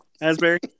Asbury